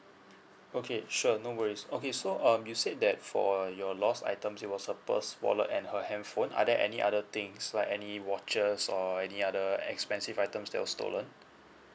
okay sure no worries okay so um you said that for your lost items it was a purse wallet and her handphone are there any other things like any watches or any other expensive items that was stolen